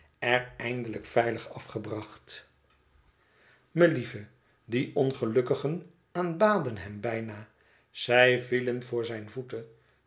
er eindelijk veilig afgebracht melieve die ongelukkigen aanbaden hem bijna zij vielen voor zijne voeten